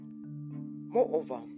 Moreover